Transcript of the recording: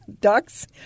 ducks